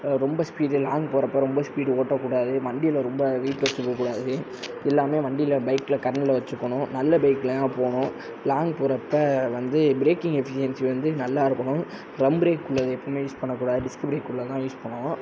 ரொம்ப speed long போறப்போ ரொம்ப ஸ்பீடு ஓட்டக்கூடாது வண்டியில் ரொம்ப வெயிட் வச்சிக்க கூடாது எல்லாமே வண்டியில் பைக்கில் கரெண்டில வச்சுக்கணும் நல்ல பைக்கில் தான் போவணும் லாங் போறப்போ வந்து பிரேக்கிங் எஃபிசியன்சி வந்து நல்லா இருக்கணும் ஃப்ரெம் பிரேக் உள்ளது எப்போவுமே யூஸ் பண்ணக்கூடாது டிஸ்க் பிரேக் உள்ளதாக யூஸ் பண்ணனும்